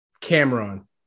Cameron